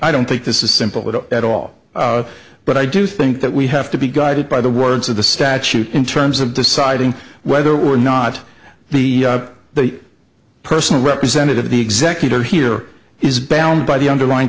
i don't think this is simple would at all but i do think that we have to be guided by the words of the statute in terms of deciding whether or not the the personal representative the executor here is bound by the underlyin